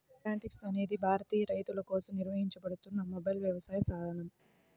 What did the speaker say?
Plantix అనేది భారతీయ రైతులకోసం నిర్వహించబడుతున్న మొబైల్ వ్యవసాయ సాధనం